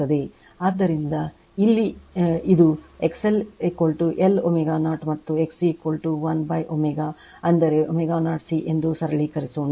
ಆದ್ದರಿಂದ ಇದು ಇಲ್ಲಿ XL L ω0 ಮತ್ತುXC 1ω ಅಂದರೆ ω0 C ಎಂದು ಸರಳಿಕರಿಸೋಣ